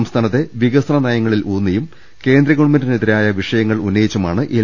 സംസ്ഥാനത്തെ വികസന നയങ്ങളിലൂന്നിയും കേന്ദ്ര ഗവൺമെന്റിനെതിരായ വിഷയങ്ങൾ ഉന്നയിച്ചുമാണ് എൽ